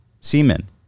semen